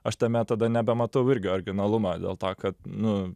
aš tame tada nebematau irgi originalumo dėl to kad nu